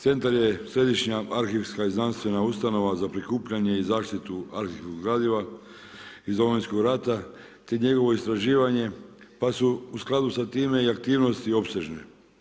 Centar je središnja arhivska i znanstvena ustanova za prikupljanje i zaštitu arhivskog gradiva iz Domovinskog rata te njegovo istraživanje pa su skladu sa time i aktivnosti opsežne.